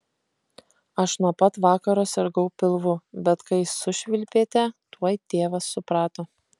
aš nuo pat vakaro sirgau pilvu bet kai sušvilpėte tuoj tėvas suprato